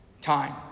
Time